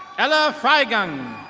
ella frygon.